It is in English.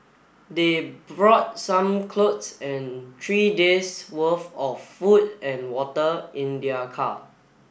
they brought some clothes and three days' worth of food and water in their car